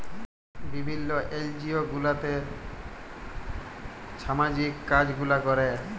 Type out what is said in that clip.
বিভিল্ল্য এলজিও গুলাতে ছামাজিক কাজ গুলা ক্যরে